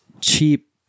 cheap